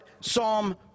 Psalm